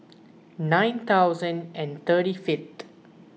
nine thousand and thirty fiveth